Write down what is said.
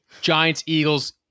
Giants-Eagles